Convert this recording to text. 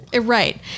Right